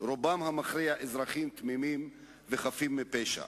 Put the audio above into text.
רובם המכריע אזרחים תמימים וחפים מפשע,